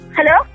Hello